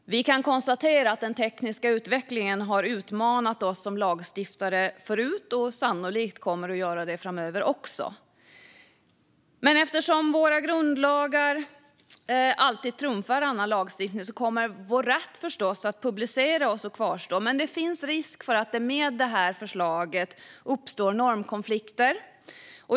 Vi kan konstatera att den tekniska utvecklingen har utmanat oss som lagstiftare förut och sannolikt kommer att göra det också framöver. Eftersom våra grundlagar alltid trumfar annan lagstiftning kommer vår rätt att publicera oss att kvarstå. Det finns dock risk för att det med detta förslag uppstår normkonflikter.